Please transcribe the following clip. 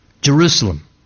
Jerusalem